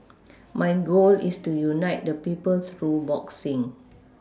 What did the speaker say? my goal is to unite the people through boxing